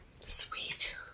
Sweet